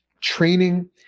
training